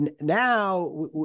Now